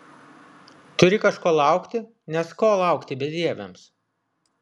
turi kažko laukti nes ko laukti bedieviams